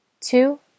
two